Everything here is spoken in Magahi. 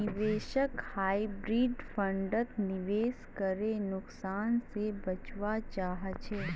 निवेशक हाइब्रिड फण्डत निवेश करे नुकसान से बचवा चाहछे